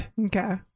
Okay